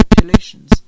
populations